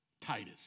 Titus